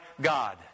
God